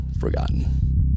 forgotten